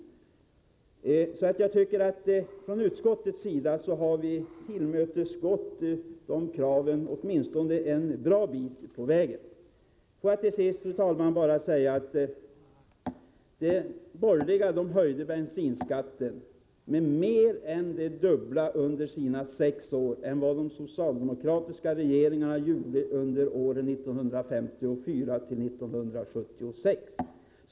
Vi tycker att utskottet har tillmötesgått dessa krav åtminstone en bra bit. Till sist vill jag säga: De borgerliga höjde under sina sex år bensinskatten med mer än det dubbla, jämfört med de socialdemokratiska regeringarnas höjningar under åren 1954-1976.